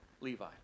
Levi